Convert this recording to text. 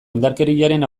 indarkeriaren